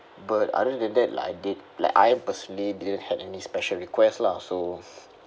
but other than that like I did like I personally didn't had any special requests lah so